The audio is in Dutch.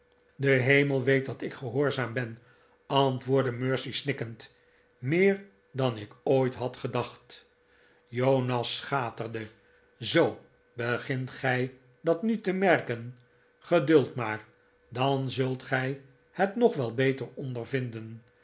de hemel weet dat ik gehoorzaam ben antwoordde mercy snikkend meer dan ik ooit had gedacht jonas schaterde zoo begint gij dat nu te merken geduld maar dan zult gij het nog wel beter ondervinden